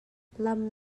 lam